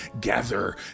gather